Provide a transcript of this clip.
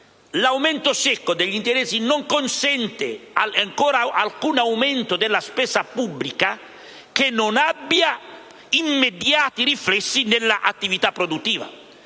L'aumento secco degli interessi non consente ancora alcun aumento della spesa pubblica che non abbia immediati riflessi nell'attività produttiva.